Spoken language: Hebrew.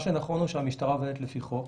מה שנכון הוא שהמשטרה עובדת לפי חוק,